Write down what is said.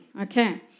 Okay